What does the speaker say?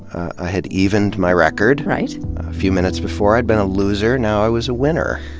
i had evened my record. right. a few minutes before i'd been a loser, now i was a winner.